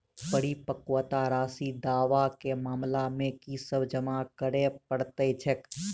परिपक्वता राशि दावा केँ मामला मे की सब जमा करै पड़तै छैक?